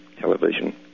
television